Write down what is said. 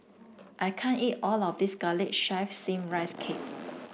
I can't eat all of this garlic chives steam Rice Cake